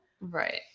Right